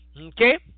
okay